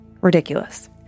Ridiculous